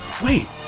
Wait